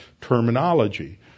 terminology